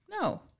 No